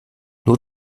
nur